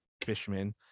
Fishman